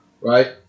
right